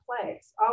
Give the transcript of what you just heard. place